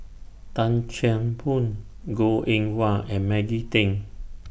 Tan Chan Boon Goh Eng Wah and Maggie Teng